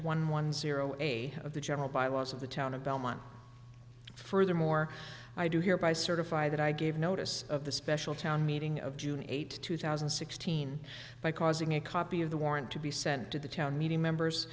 one one zero eight of the general bylaws of the town of belmont furthermore i do hereby certify that i gave notice of the special town meeting of june eighth two thousand and sixteen by causing a copy of the warrant to be sent to the town meeting members